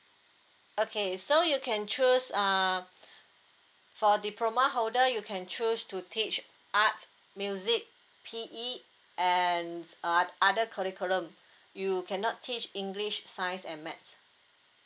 okay so you can choose uh for diploma holder you can choose to teach art music P E and uh other curriculum you cannot teach english science and maths